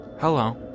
Hello